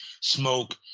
smoke